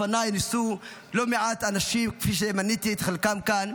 לפניי ניסו לא מעט אנשים, שמניתי את חלקם כאן,